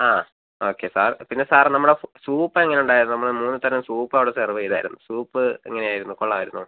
ആ okay sir പിന്നെ sir നമ്മുടെ സു സൂപ്പ് എങ്ങനെ ഉണ്ടായിരുന്നു നമ്മൾ മൂന്ന് തരം സൂപ്പ് അവിടെ സെർവ് ചെയ്തിരുന്നു സൂപ്പ് എങ്ങനെ ആയിരുന്നു കൊള്ളാമായിരുന്നോ